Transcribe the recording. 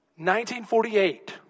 1948